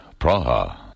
Praha